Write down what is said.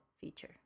feature